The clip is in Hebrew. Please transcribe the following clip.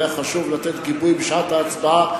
והיה חשוב לתת גיבוי בשעת ההצבעה,